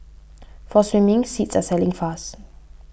for swimming seats are selling fast